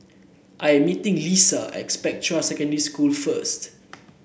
I am meeting Leesa at Spectra Secondary School first